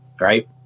right